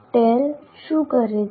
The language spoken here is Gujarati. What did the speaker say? ટેલ શું કરે છે